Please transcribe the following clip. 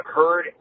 heard